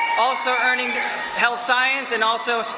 also earning health science and also